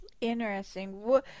interesting